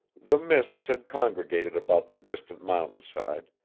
the mists had congregated about the distant mountainside,